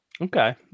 Okay